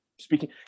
speaking